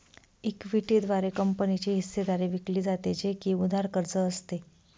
equity द्वारे कंपनीची हिस्सेदारी विकली जाते, जे की उधार कर्ज असते